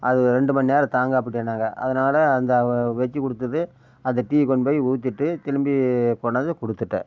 அது ரெண்டு மணி நேரம் தாங்கும் அப்படினாங்க அதனால அத வெச்சி கொடுத்துட்டு அது டீ கொண்டுப்போய் ஊத்திவிட்டு திரும்பி கொண்ணாந்து கொடுத்துட்டேன்